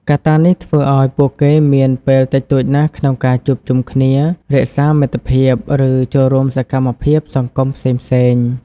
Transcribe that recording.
កត្តានេះធ្វើឱ្យពួកគេមានពេលតិចតួចណាស់ក្នុងការជួបជុំគ្នា រក្សាមិត្តភាព ឬចូលរួមសកម្មភាពសង្គមផ្សេងៗ ។